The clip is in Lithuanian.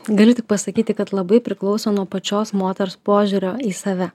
galiu tik pasakyti kad labai priklauso nuo pačios moters požiūrio į save